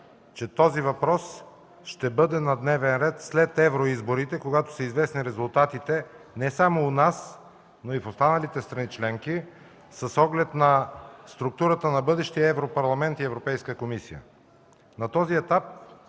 че този въпрос ще бъде на дневен ред след евроизборите, когато са известни резултатите не само у нас, но и в останалите страни членки с оглед структурата на бъдещия Европарламент и Европейска комисия. На този етап